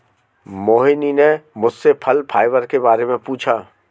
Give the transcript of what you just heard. मोहिनी ने मुझसे फल फाइबर के बारे में पूछा